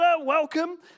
welcome